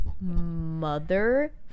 mother